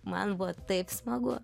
man buvo taip smagu